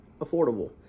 affordable